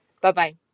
Bye-bye